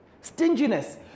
Stinginess